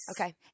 Okay